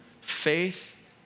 Faith